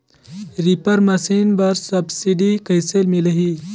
Reaper machine बर subsidy कइसे मिलही?